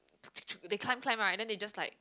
they can't climb right then they just like